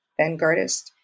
vanguardist